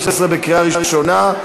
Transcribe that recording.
לקריאה ראשונה.